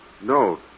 No